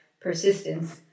persistence